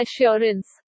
Assurance